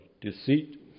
deceit